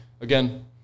again